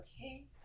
Okay